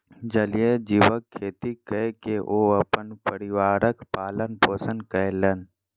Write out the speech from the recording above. जलीय जीवक खेती कय के ओ अपन परिवारक पालन पोषण कयलैन